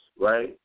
right